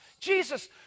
Jesus